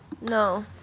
No